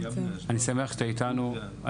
אני שמח שאתה איתנו למרות זאת..